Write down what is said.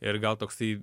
ir gal toksai